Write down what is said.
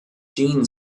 jean